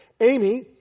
Amy